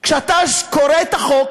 אתה קורא את החוק